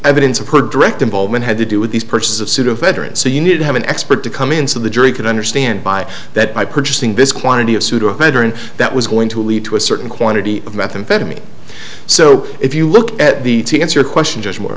evidence of her direct involvement had to do with these purchases of pseudoephedrine so you need to have an expert to come in so the jury could understand by that by purchasing this quantity of pseudoephedrine that was going to lead to a certain quantity of methamphetamine so if you look at the answer question just more